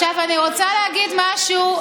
אני רוצה לדבר על משהו,